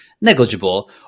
negligible